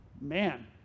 Man